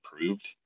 improved